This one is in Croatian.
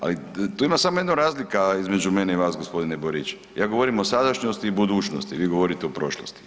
Ali tu ima samo jedna razlika između mene i vas g. Borić, ja govorim o sadašnjosti i budućnosti, vi govorite o prošlosti.